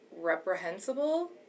reprehensible